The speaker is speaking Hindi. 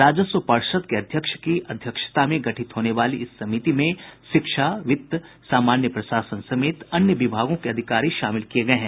राजस्व पर्षद के अध्यक्ष की अध्यक्षता में गठित होने वाली इस समिति में शिक्षा वित्त सामान्य प्रशासन समेत अन्य विभागों के अधिकारी शामिल किये गये हैं